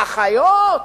האחיות,